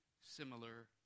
similar